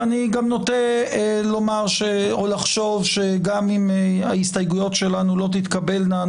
אני נוטה לחשוב שגם אם ההסתייגויות שלנו לא תתקבלנה,